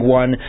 one